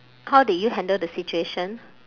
how did you handle the situation